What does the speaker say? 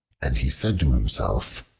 and he said to himself,